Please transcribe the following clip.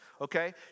Okay